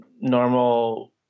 normal